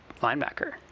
linebacker